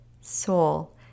soul